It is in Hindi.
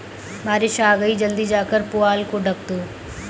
बारिश आ गई जल्दी जाकर पुआल को ढक दो